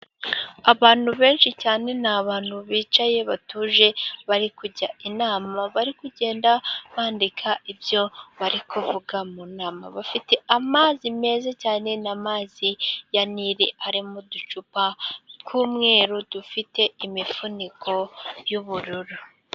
Abantu benshi cyane n'abantu bicaye batuje, bari kujya inama bari kugenda bandika ibyo bari kuvuga mu nama, bafite amazi meza cyane n'amazi ya nili, ari mu ducupa tw'umweru dufite imifuniko y'ubururu.